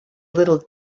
little